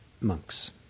monks